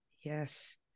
Yes